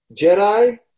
Jedi